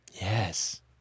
Yes